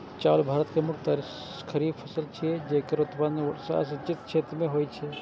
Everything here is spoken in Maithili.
चावल भारत के मुख्य खरीफ फसल छियै, जेकर उत्पादन वर्षा सिंचित क्षेत्र मे होइ छै